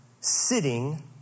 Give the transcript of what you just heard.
sitting